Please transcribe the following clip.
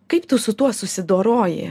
kaip tu su tuo susidoroji